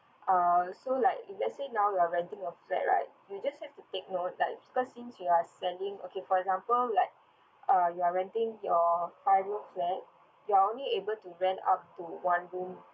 uh so like if let's say now you are renting a flat right you'll just have to take note like because since you are selling okay for example like uh you are renting your five room flat while you're only able to rent out to one room